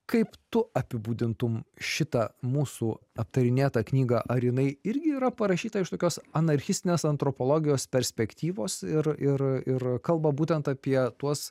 kaip tu apibūdintum šitą mūsų aptarinėtą knygą ar jinai irgi yra parašyta iš tokios anarchistinės antropologijos perspektyvos ir ir ir kalba būtent apie tuos